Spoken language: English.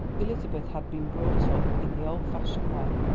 elizabeth had been brought up in the old-fashioned way,